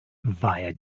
via